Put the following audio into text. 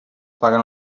paguen